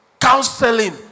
counseling